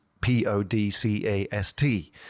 P-O-D-C-A-S-T